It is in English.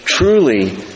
truly